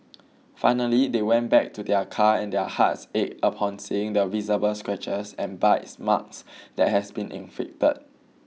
finally they went back to their car and their hearts ached upon seeing the visible scratches and bites marks that has been inflicted